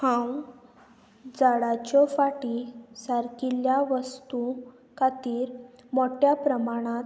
हांव झाडाच्यो फाटीं सारकिल्ल्या वस्तू खातीर मोठ्या प्रमाणांत